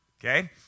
okay